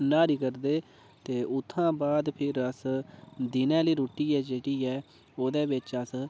न्हारी करदे ते उत्थां बाद फिर अस दिने आह्ली रुट्टी ऐ जेह्ड़ी ऐ ओह्दे बिच्च अस